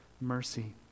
mercy